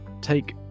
take